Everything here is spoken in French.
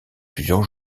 plusieurs